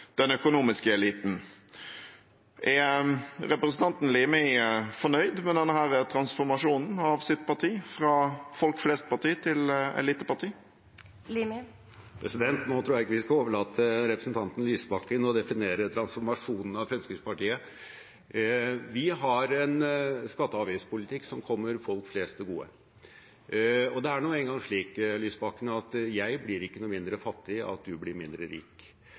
den økonomiske eliten. Er representanten Limi fornøyd med denne transformasjonen av sitt parti – fra folk-flest-parti til elite-parti? Nå tror jeg ikke vi skal overlate til representanten Lysbakken å definere transformasjonen av Fremskrittspartiet. Vi har en skatte- og avgiftspolitikk som kommer folk flest til gode. Det er nå engang slik, Lysbakken, at jeg blir ikke noe mindre fattig av at du blir mindre rik.